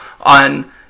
on